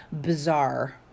bizarre